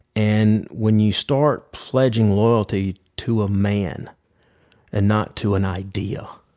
and when you start pledging loyalty to a man and not to an idea,